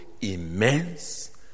immense